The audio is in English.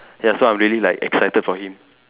ya so I'm really like excited for him